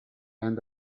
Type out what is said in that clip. end